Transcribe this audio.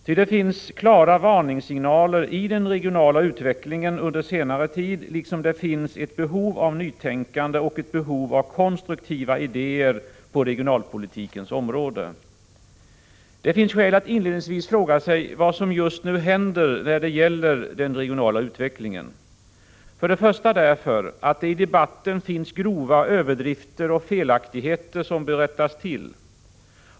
Ty det finns klara varningssignaler i den regionala utvecklingen under senare tid, liksom det finns ett behov av nytänkande och konstruktiva idéer på regionalpolitikens område. Det finns skäl att inledningsvis fråga sig vad som just nu händer, när det gäller den regionala utvecklingen. För det första därför att det i debatten finns grova överdrifter och felaktigheter, som bör rättas till.